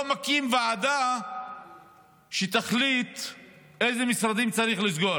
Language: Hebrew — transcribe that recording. לא מקים ועדה שתחליט איזה משרדים צריך לסגור.